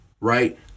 Right